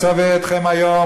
מצותי אשר אנכי מצוה אתכם היום,